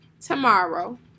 tomorrow